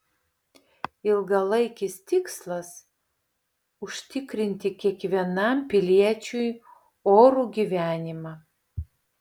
ilgalaikis tikslas užtikrinti kiekvienam piliečiui orų gyvenimą